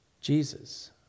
Jesus